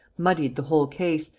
muddied the whole case,